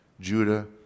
Judah